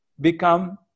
become